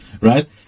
right